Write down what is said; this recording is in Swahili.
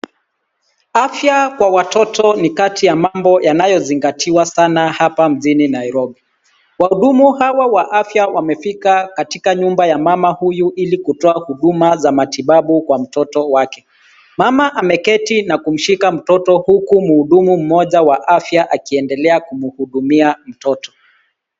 Afya kwa watoto ni kati ya mambo yanayozingatiwa sana hapa mjini Nairobi. Wahudumu hawa wa afya wamefika katika nyumba ya mama huyu ili kutoa huduma za matibabu kwa mtoto wake. Mama ameketi na kumshika mtoto huku mhudumu mmoja wa afya akiendelea kumhudumia mtoto.